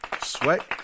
sweat